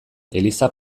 eliza